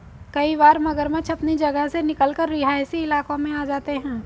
कई बार मगरमच्छ अपनी जगह से निकलकर रिहायशी इलाकों में आ जाते हैं